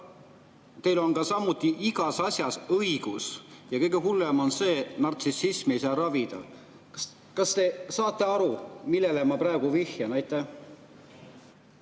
teil on samuti igas asjas õigus. Kõige hullem on see, et nartsissismi ei saa ravida. Kas te saate aru, millele ma praegu vihjan?